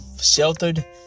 Sheltered